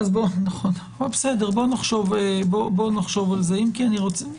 בואו נחשוב על הניסוח.